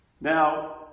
now